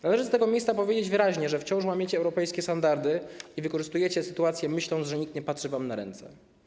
Należy z tego miejsca powiedzieć wyraźnie, że wciąż łamiecie europejskie standardy i wykorzystujecie sytuację, myśląc, że nikt nie patrzy wam na ręce.